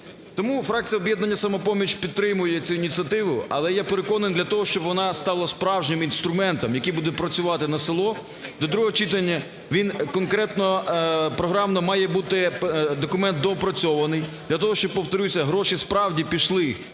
Тому фракція "Об'єднання "Самопоміч" підтримує цю ініціативу. Але я переконаний, для того, щоб вона стала справжнім інструментом, який буде працювати на село, до другого читання він конкретно програмно має бути, документ, доопрацьований для того, щоб, повторюся, гроші справді пішли